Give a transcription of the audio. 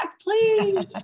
please